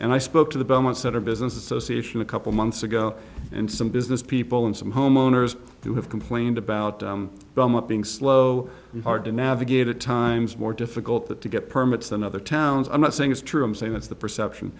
and i spoke to the belmont center business association a couple months ago and some business people and some homeowners who have complained about being slow and hard to navigate at times more difficult to get permits than other towns i'm not saying it's true i'm saying that's the perception